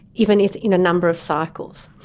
even if in a number of cycles.